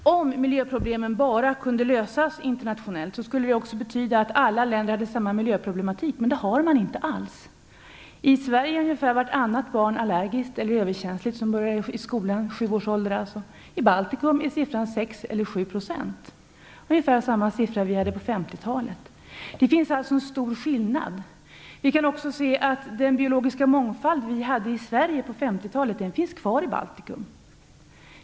Om miljöproblemen bara kunde lösas internationellt skulle det också betyda att alla länder hade samma miljöproblem, men det har man inte alls. I Sverige är ungefär vartannat barn som börjar i skolan vid sju års ålder allergiskt eller överkänsligt. I Baltikum är siffran 6-7 %. Det är ungefär samma siffra som vi hade på 50-talet. Det finns alltså en stor skillnad. Vi kan också se att den biologiska mångfald vi hade i Sverige på 50-talet finns kvar i Baltikum.